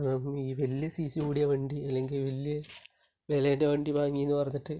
ഈ വലിയ C C കൂടിയ വണ്ടി അല്ലെങ്കില് വലിയ വിലന്റെ വണ്ടി വാങ്ങി എന്ന് പറഞ്ഞിട്ട്